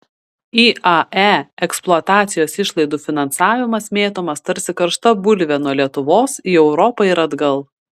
iae eksploatacijos išlaidų finansavimas mėtomas tarsi karšta bulvė nuo lietuvos į europą ir atgal